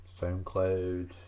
Soundcloud